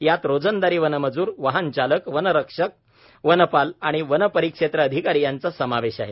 यात रोजंदारी वनमज्र वाहनचालक वनरक्षक वनपाल आणि वनपरिक्षेत्र अधिकारी यांचा समावेश आहे